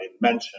mentioned